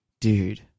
Dude